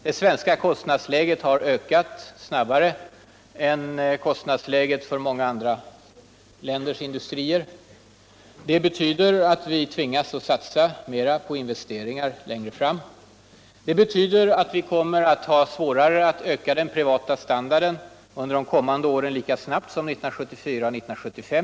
Det svenska kostnadsläget har ökat snabbare än kostnadsläget för många andra länders industrier. Det betyder alt vi tvingas satsa mera på investeringar längre fram. Det betyder att vi kommer att ha svårare att höja den privata standarden under det kommande året lika snabbt som 1974 och 1975.